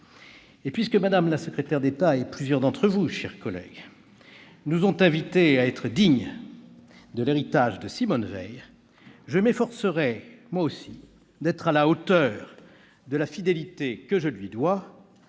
Puisque Mme la secrétaire d'État et plusieurs d'entre vous, chers collègues, nous ont invités à être dignes de l'héritage de Simone Veil, je m'efforcerai, moi aussi, d'être à la hauteur de la fidélité que je lui dois,